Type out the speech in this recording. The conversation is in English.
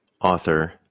author